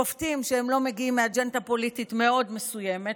שופטים שהם לא מגיעים מאג'נדה פוליטית מאוד מסוימת,